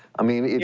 i mean, it's,